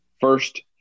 first